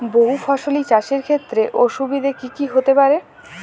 বহু ফসলী চাষ এর ক্ষেত্রে অসুবিধে কী কী হতে পারে?